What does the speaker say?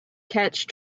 catch